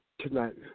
tonight